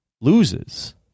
loses